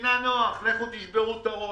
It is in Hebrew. למדינה נוח להגיד: לכו תשברו את הראש.